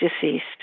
deceased